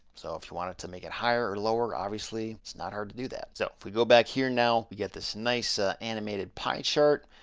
so, if you wanted to make it higher or lower obviously it's not hard to do that. so, if we go back here now we get this nice ah animated pie chart.